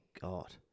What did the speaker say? God